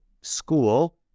school